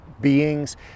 beings